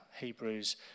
Hebrews